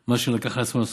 את מה שלקח על עצמו לעשות,